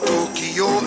Tokyo